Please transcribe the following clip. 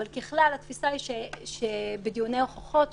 אבל ככלל התפיסה היא בדיוני ההוכחות,